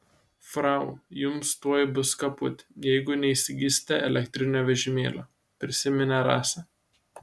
frau jums tuoj bus kaput jeigu neįsigysite elektrinio vežimėlio prisiminė rasa